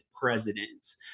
presidents